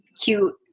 cute